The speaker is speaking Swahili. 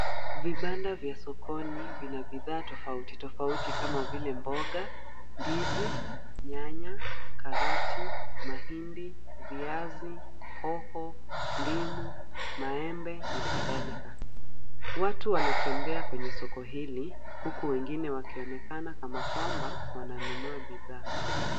Vibanda vya sokoni vina bidhaa tofauti tofauti kama vile mboga, ndizi, nyanya, karoti, mahindi, viazi, hoho, ndimu, maembe na kadhalika. Watu wanatembea kwenye soko hili huku wengine wakionekana kama kwamba wananunua bidhaa.